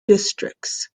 districts